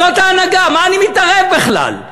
זאת ההנהגה, מה אני מתערב בכלל?